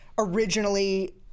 Originally